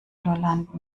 lolland